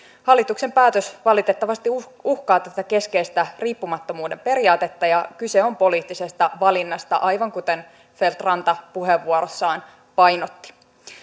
hallituksen päätös valitettavasti uhkaa tätä keskeistä riippumattomuuden periaatetta ja kyse on poliittisesta valinnasta aivan kuten feldt ranta puheenvuorossaan painotti